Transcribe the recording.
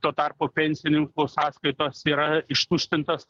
tuo tarpu pensininkų sąskaitos yra ištuštintos